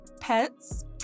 pets